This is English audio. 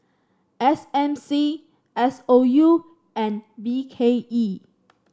S M C S O U and B K E